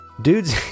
Dude's